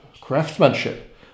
craftsmanship